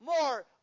more